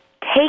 Take